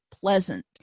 pleasant